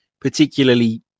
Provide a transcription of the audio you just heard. particularly